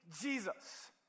Jesus